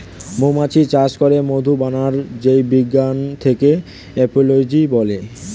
মৌমাছি চাষ করে মধু বানাবার যেই বিজ্ঞান তাকে এপিওলোজি বলে